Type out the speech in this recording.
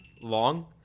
long